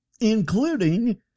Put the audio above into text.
including